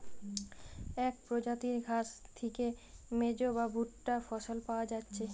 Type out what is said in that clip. এক প্রজাতির ঘাস থিকে মেজ বা ভুট্টা ফসল পায়া যাচ্ছে